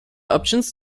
options